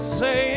say